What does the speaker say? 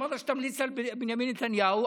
אמרת שתמליץ על בנימין נתניהו,